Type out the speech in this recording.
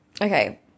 okay